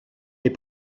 les